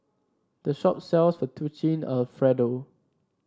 the shop sells Fettuccine Alfredo